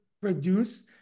produce